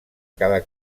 cada